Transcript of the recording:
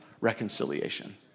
reconciliation